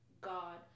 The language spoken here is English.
God